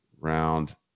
round